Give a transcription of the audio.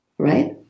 Right